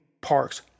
Parks